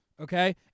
okay